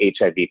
HIV